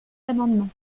l’amendement